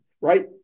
right